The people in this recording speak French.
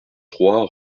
trois